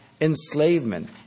enslavement